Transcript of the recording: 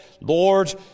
Lord